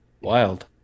wild